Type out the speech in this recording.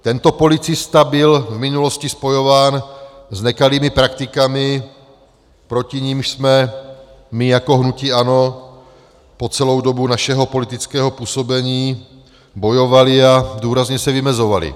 Tento policista byl v minulosti spojován s nekalými praktikami, proti nimž jsme my jako hnutí ANO po celou dobu našeho politického působení bojovali a důrazně se vymezovali.